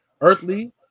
Earthly